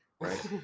right